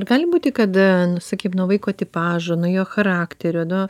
ar gali būti kad a nu sakykim nuo vaiko tipažo nuo jo charakterio nu